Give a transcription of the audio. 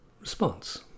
Response